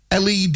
LED